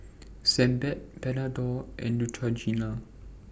Sebamed Panadol and Neutrogena